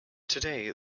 today